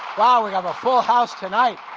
wow, we have a full house tonight.